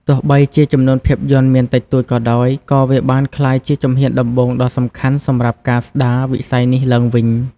ទោះបីជាចំនួនភាពយន្តមានតិចតួចក៏ដោយ ក៏វាបានក្លាយជាជំហានដំបូងដ៏សំខាន់សម្រាប់ការស្តារវិស័យនេះឡើងវិញ។